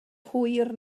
hwyr